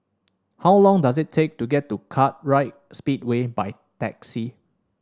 how long does it take to get to Kartright Speedway by taxi